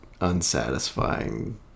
Unsatisfying